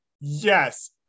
Yes